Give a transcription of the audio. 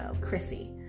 Chrissy